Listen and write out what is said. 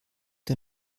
der